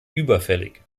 überfällig